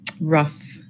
Rough